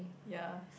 ya